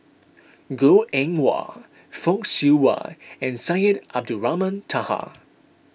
Goh Eng Wah Fock Siew Wah and Syed Abdulrahman Taha